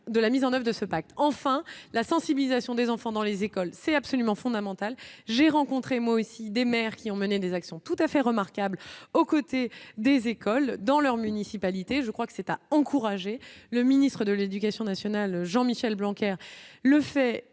de la mise en oeuvre de ce pacte. Enfin, la sensibilisation des enfants dans les écoles, c'est absolument fondamental, j'ai rencontré moi aussi des mères qui ont mené des actions tout à fait remarquables aux côtés des écoles dans leur municipalité, je crois que c'est à encourager le ministre de l'Éducation nationale, Jean-Michel Blanquer, le fait